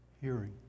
hearing